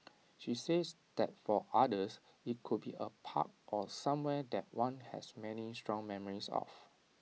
she says that for others IT could be A park or somewhere that one has many strong memories of